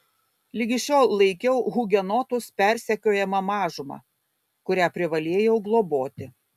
ligi šiol laikiau hugenotus persekiojama mažuma kurią privalėjau globoti